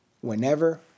whenever